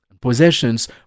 Possessions